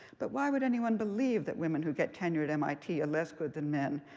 but why would anyone believe that women who get tenure at mit are less good than men,